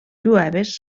jueves